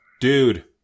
Dude